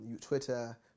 Twitter